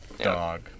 Dog